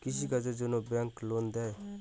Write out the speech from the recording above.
কৃষি কাজের জন্যে ব্যাংক লোন দেয়?